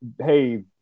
hey